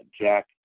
jack